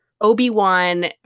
Obi-Wan